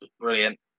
brilliant